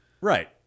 Right